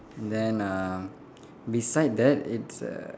and then uh beside that it's a